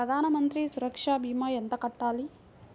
ప్రధాన మంత్రి సురక్ష భీమా ఎంత కట్టాలి?